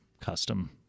custom